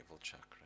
chakra